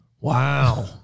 Wow